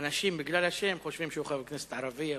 אנשים בגלל השם, חושבים שהוא חבר כנסת ערבי.